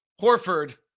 Horford